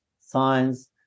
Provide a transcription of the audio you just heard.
science